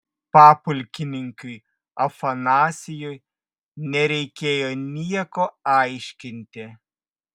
papulkininkiui afanasijui nereikėjo nieko aiškinti